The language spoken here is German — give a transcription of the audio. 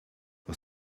was